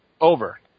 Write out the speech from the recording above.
Over